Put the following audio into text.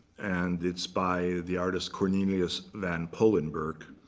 and it's by the artist cornelis van poelenburgh.